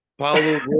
Paulo